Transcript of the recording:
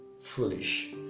foolish